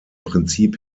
prinzip